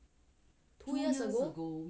two years